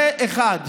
זה דבר אחד.